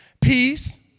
Peace